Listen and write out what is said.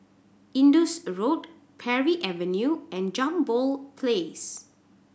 Indus Road Parry Avenue and Jambol Place